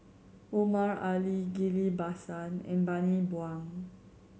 Omar Ali Ghillie Basan and Bani Buang